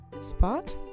spot